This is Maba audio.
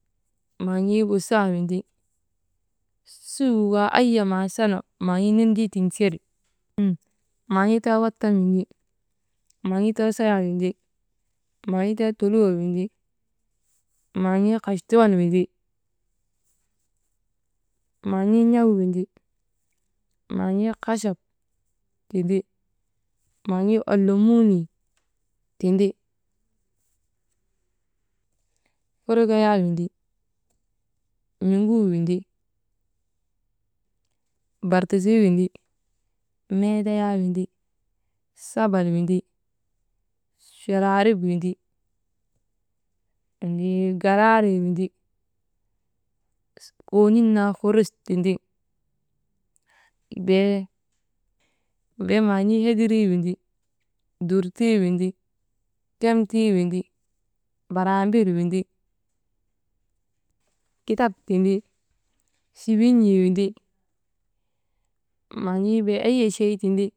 Maan̰ii wusaa windi, suugu kaa ayi ma sana, maan̰ii n̰endii tiŋseri, maan̰ii too wattan indi maan̰ii too sayaa windi, maan̰ii too toluwoo, windi, maan̰ii too kastuwan windi, maan̰ii n̰awuu windi, maan̰ii hachap tindi, maan̰ii olomuunii tindi, furkayaa windi, n̰oguu windi, bartisii windi, meedryaa windi, sabal windi, charaarib windi, anti garaarii wndi, koon̰in naa hurus tindi, bee, bee maan̰ii hedirii windi, durtuu windi, kentia windi, baraambil windi, kitap tindi, chibiin̰ii windi, maan̰ii bey eyi chey windi.